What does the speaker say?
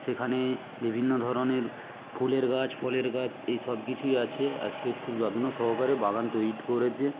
সেখানে বিভিন্ন ধরনের ফুলের গাছ ফলের গাছ এই সবকিছুই আছে আর সে খুব যত্ন সহকারে বাগান তৈরি করেছে